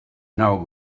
now